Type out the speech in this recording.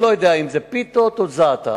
אני לא יודע אם זה פיתות או זעתר,